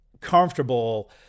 comfortable